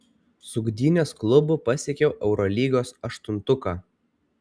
su gdynės klubu pasiekiau eurolygos aštuntuką